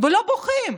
ולא בוכים,